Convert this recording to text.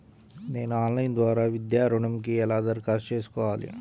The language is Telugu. నేను ఆన్లైన్ ద్వారా విద్యా ఋణంకి ఎలా దరఖాస్తు చేసుకోవాలి?